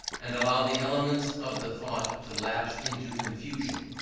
and allow the elements of the thought to lapse into confusion.